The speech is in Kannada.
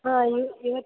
ಹಾಂ ಇವತ್ತು